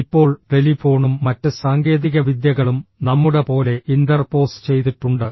ഇപ്പോൾ ടെലിഫോണും മറ്റ് സാങ്കേതികവിദ്യകളും നമ്മുടെ പോലെ ഇന്റർപോസ് ചെയ്തിട്ടുണ്ട്